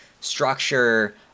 structure